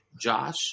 Josh